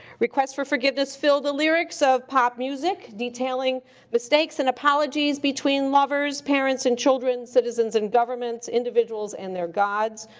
request for forgiveness fill the lyrics of pop music, detailing mistakes and apologies between lovers, parents and children, citizens and governments, individuals and their gods.